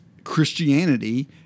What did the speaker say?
Christianity